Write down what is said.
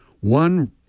one